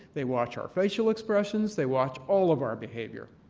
they watch our facial expressions. they watch all of our behavior.